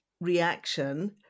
reaction